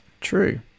True